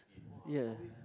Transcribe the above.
ya